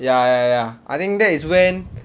ya ya ya I think that is when